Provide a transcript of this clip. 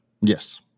Yes